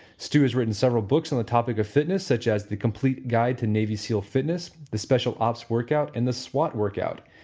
stew has written several books on the topic of fitness such as the complete guide to navy seal fitness, the special ops workout and the swat workout.